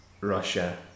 Russia